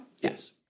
Yes